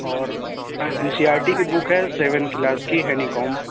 اور N C R T کی book ہے سیون کلاس کی ہینی کام